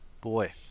Boy